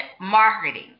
marketing